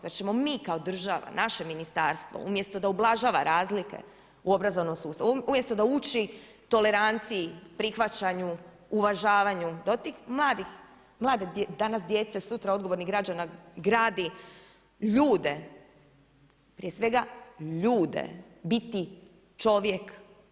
Zar ćemo mi kao država, naše ministarstvo umjesto da ublažava razlike u obrazovnom sustavu, umjesto da uči toleranciji, prihvaćanju, uvažavanju, da od tih mladih, mlade danas djece, sutra odgovornih građana gradi ljude, prije svega ljude, biti čovjek.